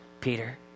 Peter